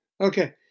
Okay